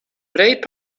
breed